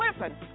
Listen